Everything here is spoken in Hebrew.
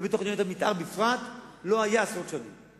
ובתוכניות המיתאר בפרט, לא היה עשרות שנים.